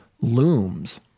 looms